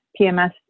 PMS